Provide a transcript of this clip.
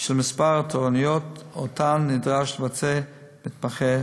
של מספר התורנויות שמתמחה נדרש לבצע בחודש.